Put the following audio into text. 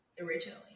originally